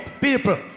People